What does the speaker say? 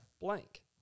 blank